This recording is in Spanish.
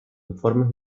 informes